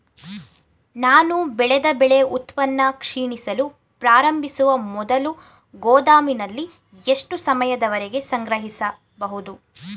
ನಾನು ಬೆಳೆದ ಬೆಳೆ ಉತ್ಪನ್ನ ಕ್ಷೀಣಿಸಲು ಪ್ರಾರಂಭಿಸುವ ಮೊದಲು ಗೋದಾಮಿನಲ್ಲಿ ಎಷ್ಟು ಸಮಯದವರೆಗೆ ಸಂಗ್ರಹಿಸಬಹುದು?